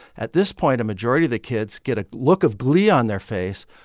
at this point, a majority of the kids get a look of glee on their face,